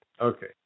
Okay